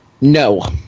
No